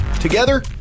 Together